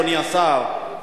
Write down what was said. אדוני השר,